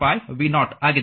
5 v0 ಆಗಿದೆ